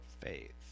faith